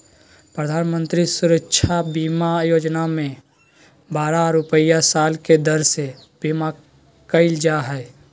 प्रधानमंत्री सुरक्षा बीमा योजना में बारह रुपया साल के दर से बीमा कईल जा हइ